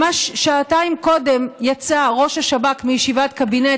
ממש שעתיים קודם יצא ראש השב"כ מישיבת קבינט,